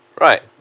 Right